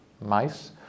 mice